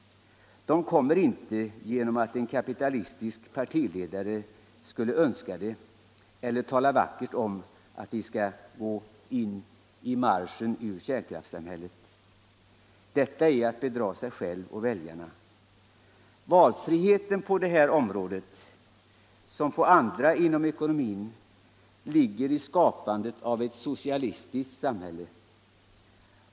Nedtoningen kommer inte genom att en kapitalistisk partiledare skuille så önska eller tala vackert om att vi skall gå in i marschen ur kärnkraftssamhället. Detta är att bedra sig själv och väljarna. Valfriheten på detta område liksom på andra inom ekonomin ligger 1 skapandet av ett socialistiskt samhälle.